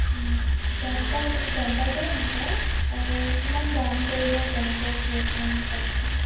টেম্পাৰটো টেম্পাৰটোৱে হৈছে আৰু কিমান দাম পৰিব কেনেকুৱা কি অকণমান কওকচোন